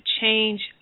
change